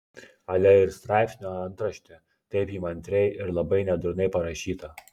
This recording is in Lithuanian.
ale ir straipsnio antraštė taip įmantriai ir labai nedurnai parašyta